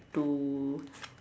to